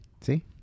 See